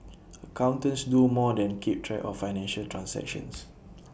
accountants do more than keep track of financial transactions